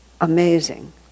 amazing